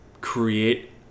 create